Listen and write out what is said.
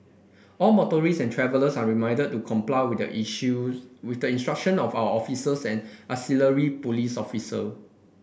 all motorists and travellers are reminded to comply with the issues with the instruction of our officers and auxiliary police officer